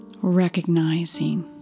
Recognizing